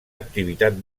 activitat